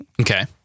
Okay